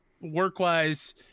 work-wise